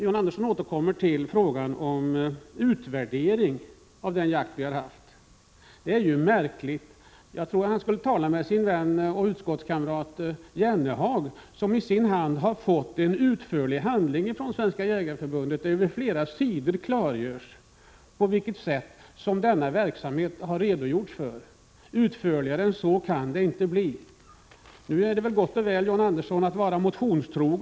John Andersson återkommer till frågan om en utvärdering av den tidigare jakten. Det är märkligt. Jag tror att John Andersson borde tala med vännen och utskottskamraten Jan Jennehag, som i sin hand har fått en utförlig handling från Svenska jägareförbundet. På flera sidor redogörs där klart för denna verksamhet. Utförligare än så kan det inte bli. Det är väl bra om man är motionstrogen, John Andersson.